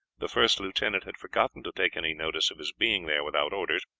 the first lieutenant had forgotten to take any notice of his being there without orders,